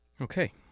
Okay